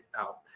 out